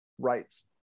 rights